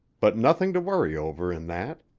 but nothing to worry over in that.